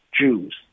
Jews